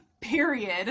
Period